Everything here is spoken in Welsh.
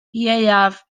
ieuaf